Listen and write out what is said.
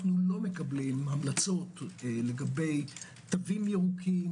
אנחנו לא מקבלים המלצות לגבי תווים ירוקים,